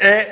е